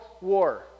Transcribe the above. war